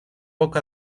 poc